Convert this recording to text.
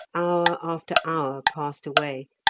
hour after hour passed away,